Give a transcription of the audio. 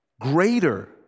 greater